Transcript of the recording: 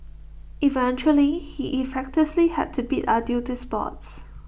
eventually he effectively had to bid adieu to sports